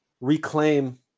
reclaim